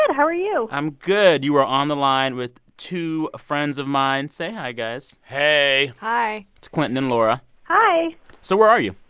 and how are you? i'm good. you are on the line with two friends of mine. say hi, guys hey hi it's clinton and laura hi so where are you?